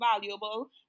valuable